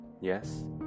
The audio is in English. yes